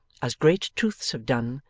as great truths have done,